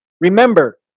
Remember